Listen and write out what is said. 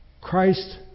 Christ